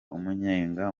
umunyenga